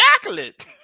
chocolate